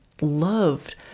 loved